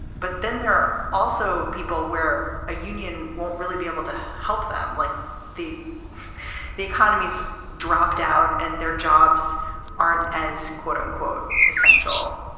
but then there are also people where a union won't really be able to help them, like the the economy's dropped out and their jobs aren't as, quote unquote, essential.